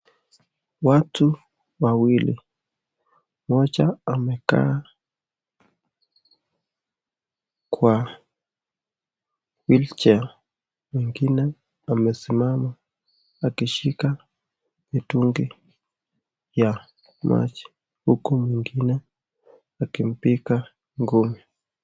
Watu wawili moja amekaa Kwa whilchair mwingine amesimama akishika mtungi ya maji huku mwingine akimbipika ngume.